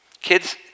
Kids